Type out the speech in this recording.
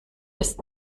ist